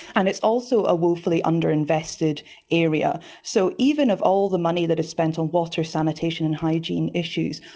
and it's also a woefully underinvested area. so even if all the money that is spent on water sanitation and hygiene issues,